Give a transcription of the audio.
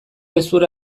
hezur